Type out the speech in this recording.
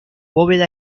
bóveda